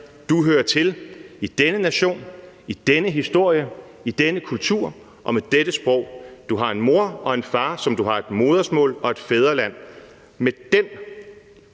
Du hører til i denne nation, i denne historie, i denne kultur og med dette sprog. Du har en mor og en far, som du har et modersmål og et fædreland; med den